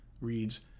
reads